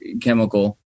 chemical